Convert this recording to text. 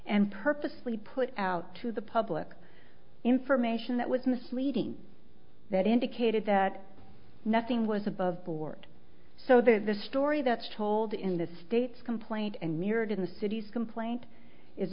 and purposely put out to the public information that was misleading that indicated that nothing was above board so that the story that's told in the states complaint and mirrored in the city's complaint is